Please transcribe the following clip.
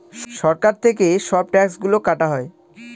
সরকার থেকে সব ট্যাক্স গুলো কাটা হয়